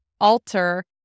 alter